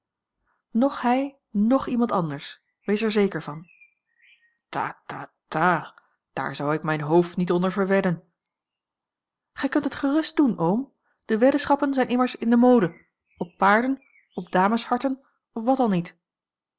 noch hij noch iemand anders wees er zeker van ta ta ta daar zou ik mijn hoofd niet onder verwedden gij kunt het gerust doen oom de weddenschappen zijn immers in de mode op paarden op damesharten op wat al niet